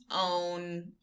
own